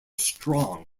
strong